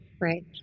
Right